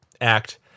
Act